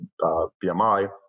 BMI